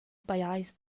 pajais